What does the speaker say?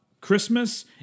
Christmas